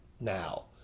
now